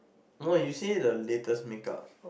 no you say the latest make-up